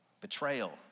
betrayal